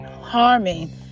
harming